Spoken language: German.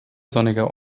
sonniger